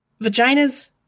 vaginas